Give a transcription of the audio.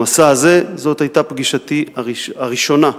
במסע הזה, זאת היתה פגישתי הראשונה.